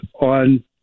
on